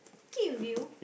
keep view